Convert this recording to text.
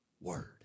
word